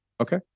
Okay